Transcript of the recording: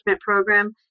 program